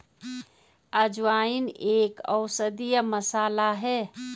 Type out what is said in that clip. अजवाइन एक औषधीय मसाला है